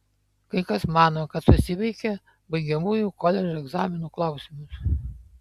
kai kas mano kad susiveikė baigiamųjų koledžo egzaminų klausimus